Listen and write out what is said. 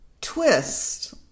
twist